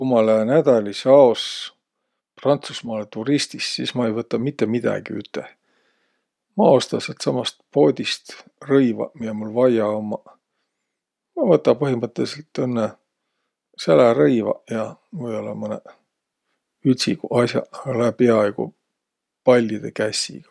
Ku ma lää nädälis aos Prantsusmaalõ turistis, sis ma ei võtaq mitte midägi üteh. Ma osta säältsamast poodist rõivaq, miä mul vaia ummaq. Ma võta põhimõttõlidsõlt õnnõ sälärõivaq ja või-ollaq mõnõq ütsiguq as'aq. Lää piaaigu pallidõ kässigaq.